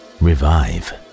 revive